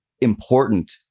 important